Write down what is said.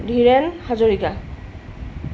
Dhiren Hazarika